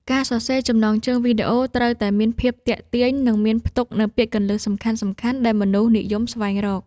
ការសរសេរចំណងជើងវីដេអូ ត្រូវតែមានភាពទាក់ទាញ និងមានផ្ទុកនូវពាក្យគន្លឹះសំខាន់ៗដែលមនុស្សនិយមស្វែងរក។